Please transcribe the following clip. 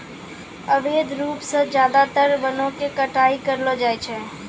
अवैध रूप सॅ ज्यादातर वनों के कटाई करलो जाय छै